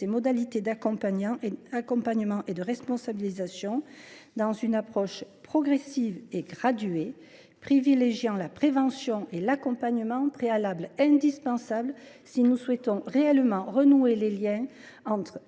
modalités d’accompagnement et de responsabilisation, selon une approche progressive et graduée privilégiant la prévention et l’accompagnement, qui sont des préalables indispensables si nous souhaitons réellement renouer le lien entre